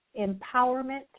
Empowerment